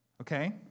Okay